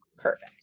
Perfect